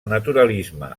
naturalisme